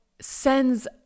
sends